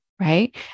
Right